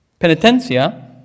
Penitencia